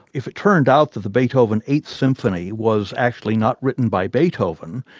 if it turned out the the beethoven eighth symphony was actually not written by beethoven,